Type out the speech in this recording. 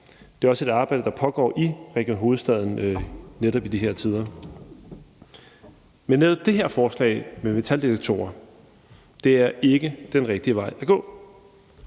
Det er også et arbejde, der pågår i Region Hovedstaden netop i de her tider. Netop det her forslag med metaldetektorer er ikke den rigtige vej at gå.